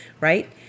Right